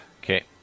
Okay